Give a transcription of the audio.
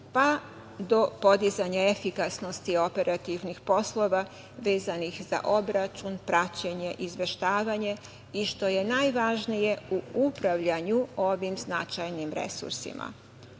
pa do podizanja efikasnosti operativnih poslova vezanih za obračun, praćenje i izveštavanje i, što je najvažnije, u upravljanju ovim značajnim resursima. Svima